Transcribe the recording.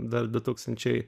dar du tūkstančiai